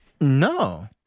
No